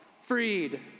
Freed